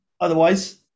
otherwise